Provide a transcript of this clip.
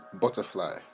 butterfly